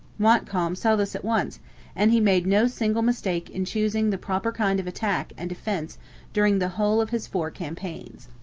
montcalm saw this at once and he made no single mistake in choosing the proper kind of attack and defence during the whole of his four campaigns.